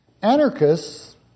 Anarchists